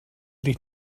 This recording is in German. dich